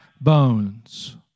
bones